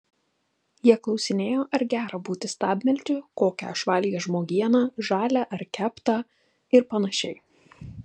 jie klausinėjo ar gera būti stabmeldžiu kokią aš valgęs žmogieną žalią ar keptą ir panašiai